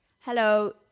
Hello